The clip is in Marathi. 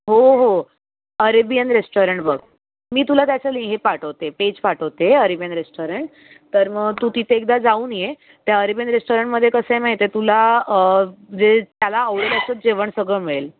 हो हो अरेबियन रेस्टोरंट बघ मी तुला त्याच ली हे पाठवते पेज पाठवते अरेबियन रेस्टोरंट तर मग तू तिथे एकदा जाऊन ये त्या अरेबियन रेस्टोरंटमध्ये कसं हे माहिती तुला जे त्याला आवडेल असंच जेवण सगळं मिळेल